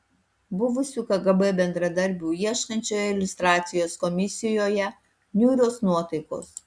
buvusių kgb bendradarbių ieškančioje liustracijos komisijoje niūrios nuotaikos